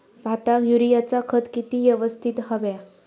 भाताक युरियाचा खत किती यवस्तित हव्या?